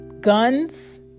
Guns